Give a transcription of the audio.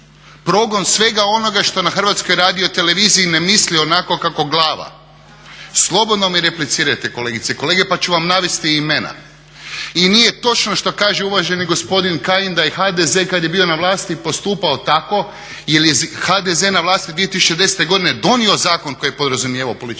progon svega onoga što na HRT-u ne misli onako kako glava, slobodno mi replicirajte kolegice i kolege pa ću vam navesti imena. I nije točno šta kaže uvaženi gospodin Kajin da je HDZ kad je bio na vlasti postupao tako jer je HDZ na vlasti 2010. godine donio zakon koji je podrazumijevao politički